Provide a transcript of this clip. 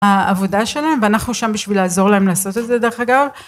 העבודה שלהם ואנחנו שם בשביל לעזור להם לעשות את זה דרך אגב